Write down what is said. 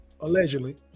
allegedly